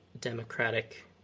Democratic